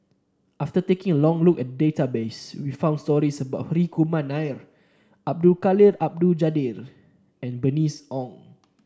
after taking a long look at database we found stories about Hri Kumar Nair Abdul Jalil Abdul Kadir and Bernice Ong